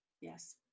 Yes